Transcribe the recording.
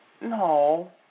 no